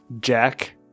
Jack